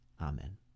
Amen